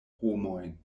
homojn